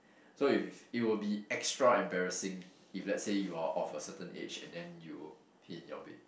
so if it will be extra embarrassing if let's say you are of a certain age and then you pee in your bed